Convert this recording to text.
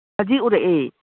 ꯁꯖꯤ ꯎꯔꯛꯑꯦ